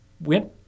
went